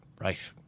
right